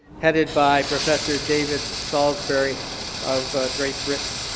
headed by professor david solsbury of great britain.